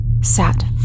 sat